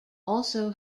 also